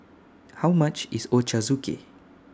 How much IS Ochazuke